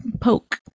poke